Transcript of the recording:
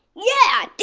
yeah,